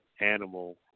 animal